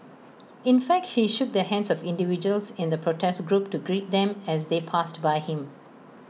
in fact he shook the hands of individuals in the protest group to greet them as they passed by him